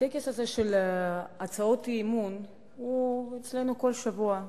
הטקס הזה של הצעות אי-אמון הוא אצלנו כל שבוע,